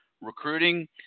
recruiting